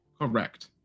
Correct